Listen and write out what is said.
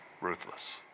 ruthless